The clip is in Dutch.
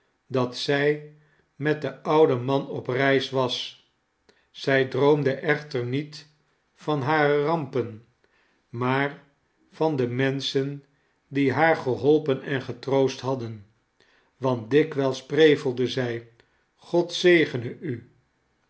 dat zij met den ouden man op reis was zij droomde echter niet van hare rampen maar van de menschen die haar geholpen en getroost hadden want dikwijls prevelde zij god zegene u